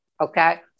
Okay